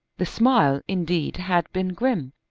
the smile indeed had been grim,